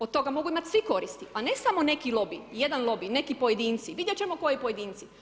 Od toga mogu imat svi koristi a ne samo neki lobiji, jedan lobij, neki pojedinci, vidjet ćemo koji pojedinci.